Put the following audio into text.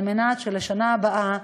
על מנת שבשנה הבאה